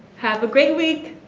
have a great week!